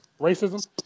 Racism